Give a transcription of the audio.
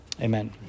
amen